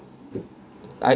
I